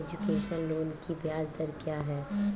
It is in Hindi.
एजुकेशन लोन की ब्याज दर क्या है?